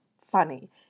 funny